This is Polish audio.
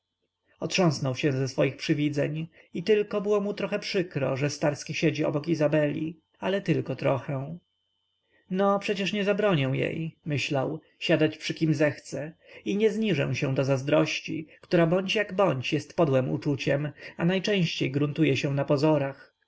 narzeczonym otrząsnął się ze swych przywidzeń i tylko było mu trochę przykro że starski siedzi obok izabeli ale tylko trochę no przecież nie zabronię jej myślał siadać przy kim zechce i nie zniżę się do zazdrości która bądź jak bądź jest podłem uczuciem a najczęściej gruntuje się na pozorach